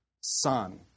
Son